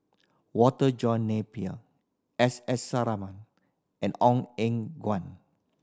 Walter John Napier S S Sarama and Ong Eng Guan